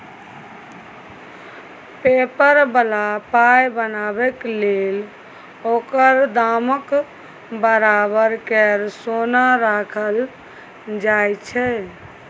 paper बला पाइ बनाबै लेल ओकर दामक बराबर केर सोन राखल जाइ छै